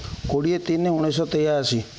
କୋଡ଼ିଏ ତିିନି ଉଣେଇଶ ତେୟାଅଶୀ